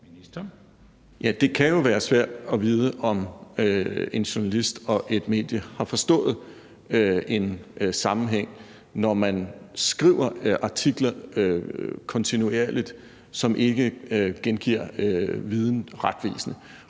Det kan være svært at vide, om en journalist og et medie har forstået en sammenhæng, når man skriver artikler kontinuerligt, som ikke gengiver viden retvisende,